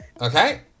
Okay